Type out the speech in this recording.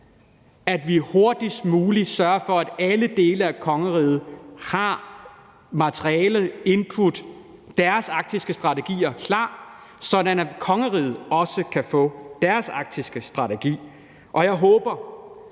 at vi hurtigst muligt sørger for, at alle dele af kongeriget har materiale, input og deres arktiske strategier klar, sådan at kongeriget også kan få sin arktiske strategi, og jeg håber,